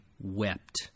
wept